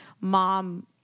mom